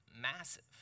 massive